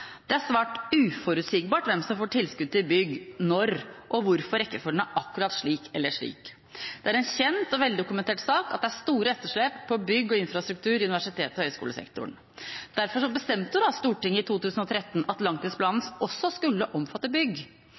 Det er svært uforutsigbart hvem som får tilskudd til bygg når, og hvorfor rekkefølgen er akkurat slik eller slik. Det er en kjent og veldokumentert sak at det er store etterslep på bygg og infrastruktur i universitets- og høyskolesektoren. Derfor bestemte Stortinget i 2013 at langtidsplanen også skulle omfatte bygg.